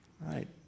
Right